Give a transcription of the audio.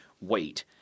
Wait